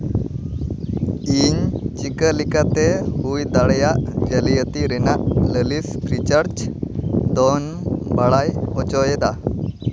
ᱤᱧ ᱪᱤᱠᱟᱹ ᱞᱮᱠᱟᱛᱮ ᱦᱩᱭ ᱫᱟᱲᱮᱭᱟᱜ ᱡᱟᱹᱞᱤᱭᱟᱹᱛᱤ ᱨᱮᱱᱟᱜ ᱞᱟᱹᱞᱤᱥ ᱯᱷᱨᱤᱪᱟᱨᱡᱽ ᱫᱚᱧ ᱵᱟᱲᱟᱭ ᱦᱚᱪᱚᱭᱮᱫᱟ